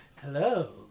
Hello